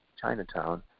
Chinatown